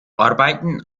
arbeiten